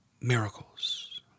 miracles